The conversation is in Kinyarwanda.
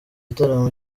gitaramo